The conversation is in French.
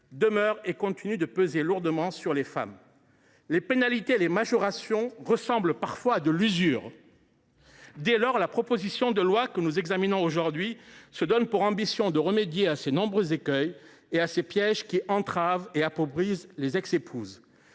demeurent et continuent de peser lourdement sur les femmes. Les pénalités et les majorations ressemblent parfois à de l’usure. Dès lors, la proposition de loi que nous examinons aujourd’hui se donne pour ambition de remédier à ces nombreux écueils et à ces pièges, qui entravent et appauvrissent les ex épouses.